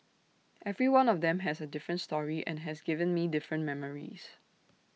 every one of them has A different story and has given me different memories